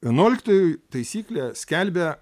vienuoliktoji taisyklė skelbia